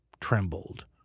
trembled